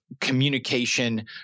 communication